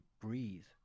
breathe